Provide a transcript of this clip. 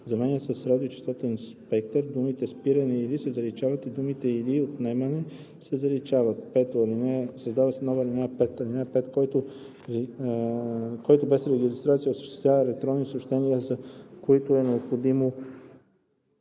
заменят с „радиочестотен спектър“, думите „спиране или“ се заличават и думите „или отнемане“ се заличават. 5. Създава се нова ал. 5: „(5) Който без регистрация осъществява електронни съобщения, за които е необходима